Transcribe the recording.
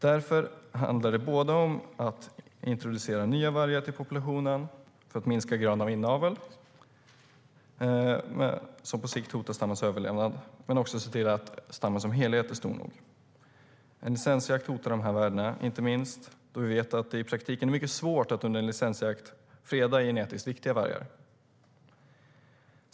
Därför handlar det både om att introducera nya vargar till populationen för att minska graden av inavel som på sikt hotar stammens överlevnad och om att se till att stammen som helhet är stor nog. En licensjakt hotar dessa värden, inte minst då vi vet att det i praktiken är mycket svårt att under en licensjakt freda genetiskt viktiga vargar.